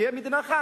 ותהיה מדינה אחת,